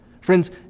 Friends